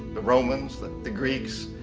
the romans, the the greeks,